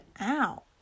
out